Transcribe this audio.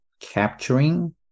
capturing